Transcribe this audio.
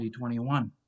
2021